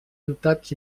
ciutats